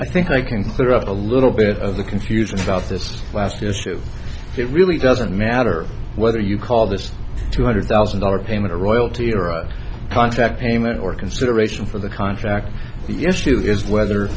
i think i can clear up a little bit of the confusion about this last year it really doesn't matter whether you call this two hundred thousand dollar payment a royalty or a contract payment or consideration for the contract the issue is whether